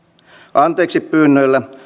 anteeksipyynnöillä